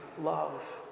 love